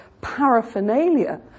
paraphernalia